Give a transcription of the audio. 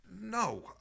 No